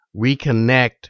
reconnect